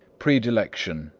predilection,